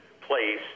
place